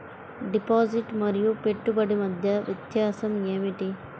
Deposit మరియు పెట్టుబడి మధ్య వ్యత్యాసం ఏమిటీ?